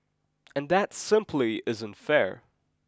and that simply isn't fair